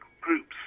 groups